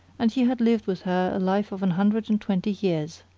and he had lived with her a life of an hundred and twenty years.